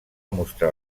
mostrar